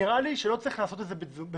נראה לי שלא צריך לעשות את זה ב-זום.